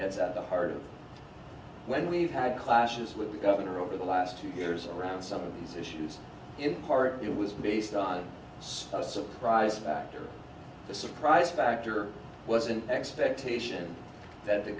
gets harder when we've had clashes with the governor over the last two years around some of these issues in part it was based on a surprise factor the surprise factor was an expectation that the